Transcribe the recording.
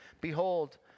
Behold